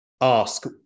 ask